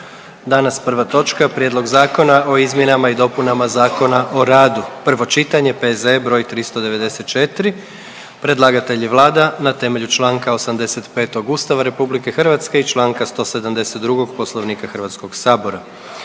Danas prva točka: - Prijedlog Zakona o izmjenama i dopunama Zakona o radu, prvo čitanje, P.Z.E. br. 394 Predlagatelj je Vlada na temelju čl. 85. Ustava RH i čl. 172. Poslovnika Hrvatskog sabora.